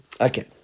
Okay